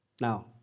Now